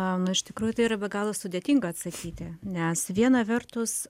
a na iš tikrųjų tai yra be galo sudėtinga atsakyti nes viena vertus